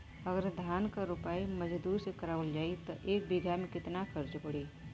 अगर धान क रोपाई मजदूर से करावल जाई त एक बिघा में कितना खर्च पड़ी?